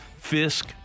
Fisk